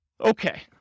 Okay